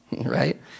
right